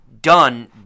done